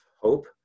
hope